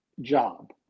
job